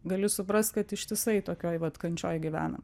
gali suprast kad ištisai tokioj vat kančioj gyvenam